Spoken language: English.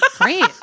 Great